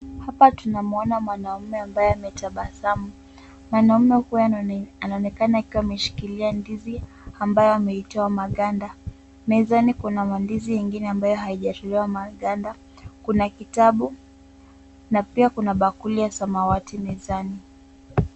Hapa tunamuona mwanamme ambaye ametabasamu. Mwanamme huyu anaonekana akiwa ameshikilia ndizi ambayo ameitoa maganda. Mezani kuna mandizi ingine ambayo haijatolewa maganda. Kuna kitabu na pia kuna bakuli ya samawati mezani.